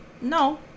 no